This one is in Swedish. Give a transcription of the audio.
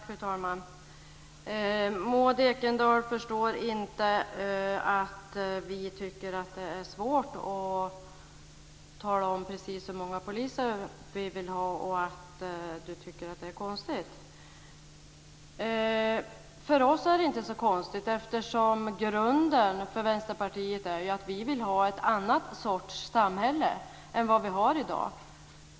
Fru talman! Maud Ekendahl förstår inte att vi tycker att det är svårt att tala om precis hur många poliser vi vill ha. Hon tycker att det är konstigt. För oss är det inte så konstigt. Grunden för Vänsterpartiet är att vi vill ha ett annat sorts samhälle än vi har i dag.